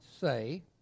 say